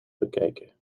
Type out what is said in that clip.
bekeken